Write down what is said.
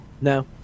No